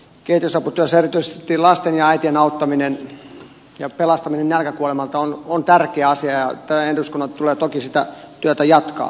kehitysaputyössä erityisesti lasten ja äitien auttaminen ja pelastaminen nälkäkuolemalta on tärkeä asia ja tämän eduskunnan tulee toki sitä työtä jatkaa